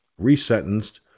resentenced